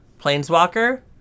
Planeswalker